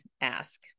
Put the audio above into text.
ask